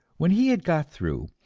when he had got through,